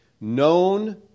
known